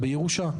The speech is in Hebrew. בירושה.